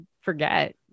forget